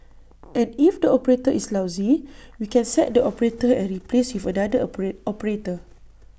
and if the operator is lousy we can sack the operator and replace with another operate operator